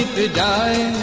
die.